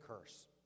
curse